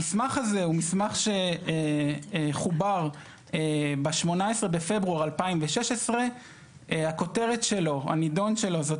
המסמך הזה הוא מסמך שחובר ב-18 בפברואר 2016. הנידון שלו זאת